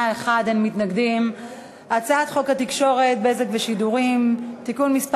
חוק התקשורת (בזק ושידורים) (תיקון מס'